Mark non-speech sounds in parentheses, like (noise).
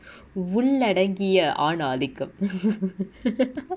(noise) உள்ளடங்கிய ஆணாதிக்கம்:ulladangiya aanaathikam (laughs)